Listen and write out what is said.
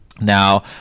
Now